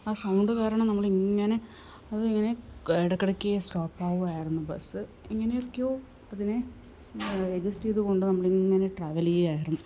ആ സൗണ്ട് കാരണം നമ്മളിങ്ങനെ അതിങ്ങനെ ഇടയ്ക്കിടയ്ക്ക് സ്റ്റോപ്പാവുകയായിരുന്നു ബസ്സ് എങ്ങനൊക്കെയോ അതിനെ അഡ്ജസ്റ്റ് ചെയ്തുകൊണ്ട് നമ്മളിങ്ങനെ ട്രാവല് ചെയ്യുകയായിരുന്നു